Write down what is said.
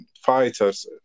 fighters